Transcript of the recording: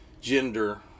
gender